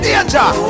Danger